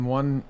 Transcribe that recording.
one